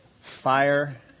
fire